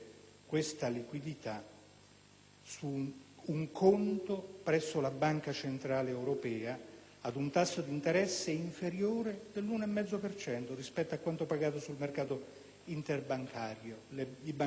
su un conto presso la stessa Banca centrale europea, ad un tasso di interesse inferiore dell'1,5 per cento rispetto a quanto pagato dal mercato interbancario. I banchieri qui non si prestano soldi